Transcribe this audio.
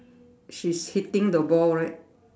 she's hitting the ball right